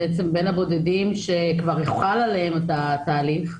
בין הבודדים שכבר הוחל עליהם התהליך.